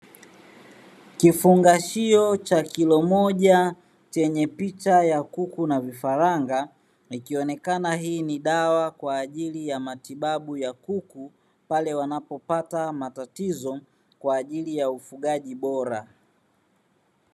Kifungashio cha kilo moja, chenye picha ya kuku na vifaranga, ikionekana hii ni dawa kwa ajili ya matibabu ya kuku, pale wanapopata matatizo kwa ajili ya ufugaji bora.